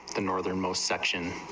the northernmost section